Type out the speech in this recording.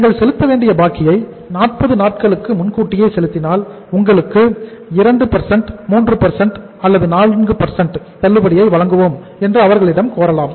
நீங்கள் செலுத்தவேண்டிய பாக்கியை 40 நாட்களுக்கு முன்கூட்டியே செலுத்தினால் நாங்கள் உங்களுக்கு 2 3 4 தள்ளுபடியை வழங்குவோம் என்று அவர்களிடம் கோரலாம்